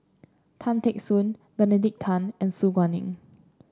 Tan Teck Soon Benedict Tan and Su Guaning